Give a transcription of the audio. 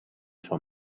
sua